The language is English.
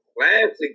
classic